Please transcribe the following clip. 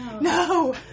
No